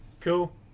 Cool